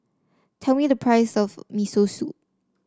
tell me the price of Miso Soup